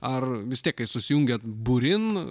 ar vis tiek kai susijungiat būrin